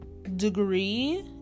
degree